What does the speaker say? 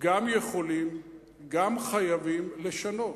גם יכולים וגם חייבים לשנות.